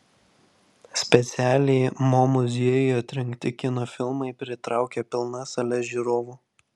specialiai mo muziejui atrinkti kino filmai pritraukia pilnas sales žiūrovų